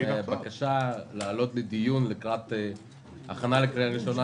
בקשה להעלות לדיון להכנה לקריאה הראשונה